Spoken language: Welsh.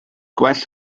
gwell